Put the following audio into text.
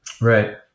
Right